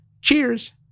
Cheers